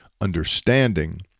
Understanding